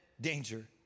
danger